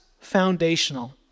foundational